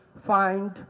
find